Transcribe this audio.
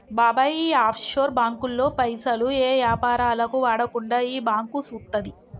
బాబాయ్ ఈ ఆఫ్షోర్ బాంకుల్లో పైసలు ఏ యాపారాలకు వాడకుండా ఈ బాంకు సూత్తది